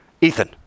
Ethan